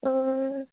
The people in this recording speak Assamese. অঁ